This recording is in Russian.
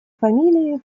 фамилии